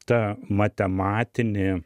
ta matematinė